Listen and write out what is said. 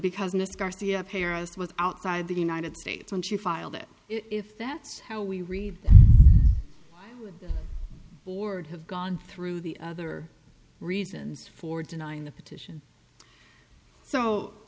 paralysed with outside the united states when she filed it if that's how we read board have gone through the other reasons for denying the petition